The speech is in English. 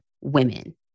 women